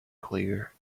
clear